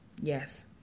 Yes